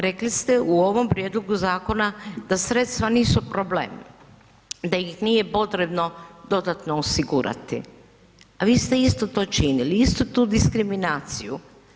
Rekli ste u ovom prijedlogu zakona da sredstva nisu problem, da ih nije potrebno dodatno osigurati a vi ste isto to činili, istu tu diskriminaciju.